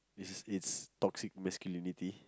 is is it's toxic masculinity